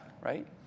right